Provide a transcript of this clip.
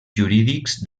jurídics